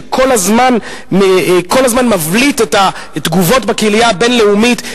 שכל הזמן מבליט את התגובות בקהילייה הבין-לאומית,